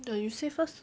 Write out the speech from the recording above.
the you say first